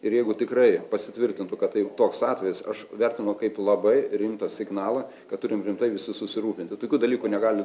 ir jeigu tikrai pasitvirtintų kad tai toks atvejis aš vertinu kaip labai rimtą signalą kad turim rimtai visi susirūpinti tokių dalykų negali